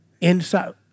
inside